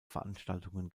veranstaltungen